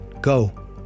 go